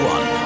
One